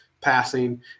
passing